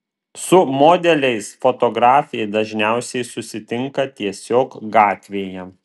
su modeliais fotografė dažniausiai susitinka tiesiog gatvėje